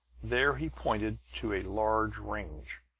there he pointed to a large range,